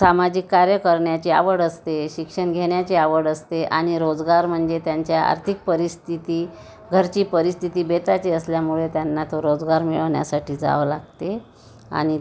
सामाजिक कार्य करण्याची आवड असते शिक्षण घेण्याची आवड असते आणि रोजगार म्हणजे त्यांच्या आर्थिक परिस्थिती घरची परिस्थिती बेताची असल्यामुळे त्यांना तो रोजगार मिळवण्यासाठी जावं लागते आणि